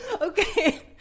Okay